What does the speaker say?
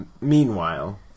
Meanwhile